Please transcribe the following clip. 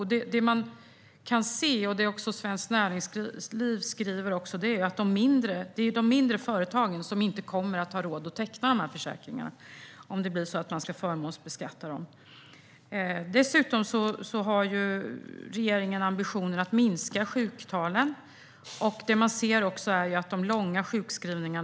Vad man kan se, och som också Svensk Näringsliv skriver, är att de mindre företagen inte kommer att ha råd att teckna dessa försäkringar om man ska förmånsbeskatta dem. Dessutom har regeringen ambitionen att minska sjuktalen. Man ser långa sjukskrivningar.